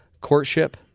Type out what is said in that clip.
courtship